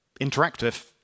interactive